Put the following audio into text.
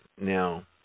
Now